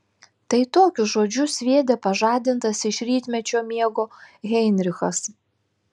tai tokius žodžius sviedė pažadintas iš rytmečio miego heinrichas